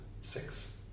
Six